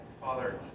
Father